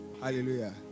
hallelujah